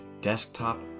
Desktop